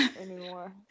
anymore